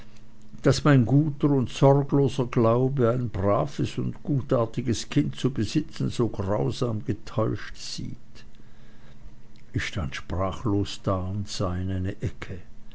daß sich mein guter und sorgloser glaube ein braves und gutartiges kind zu besitzen so grausam getäuscht sieht ich stand sprachlos da und sah in eine ecke